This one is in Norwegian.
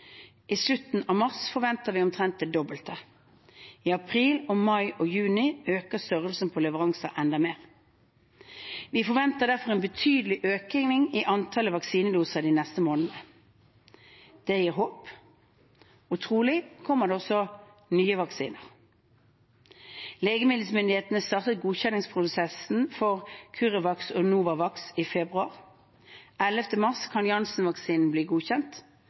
I slutten av mars forventer vi omtrent det dobbelte. I april, mai og juni øker størrelsen på leveransene enda mer. Vi forventer derfor en betydelig økning i antallet vaksinedoser de neste månedene. Det gir håp. Trolig kommer det også nye vaksiner. Legemiddelmyndighetene startet godkjenningsprosessen for CureVac og Novavax i februar. 11. mars kan Janssen-vaksinen bli godkjent.